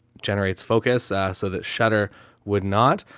generates focus. ah, so that shutter would not,